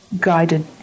guided